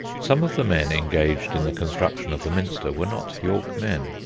some of the men engaged in the construction of the minster were not york men.